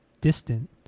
distant